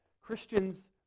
Christians